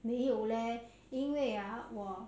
没有咧因为啊我